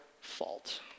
fault